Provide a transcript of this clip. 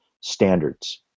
standards